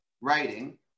writing